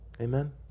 Amen